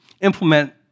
implement